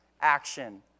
action